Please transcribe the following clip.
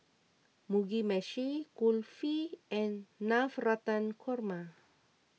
Mugi Meshi Kulfi and Navratan Korma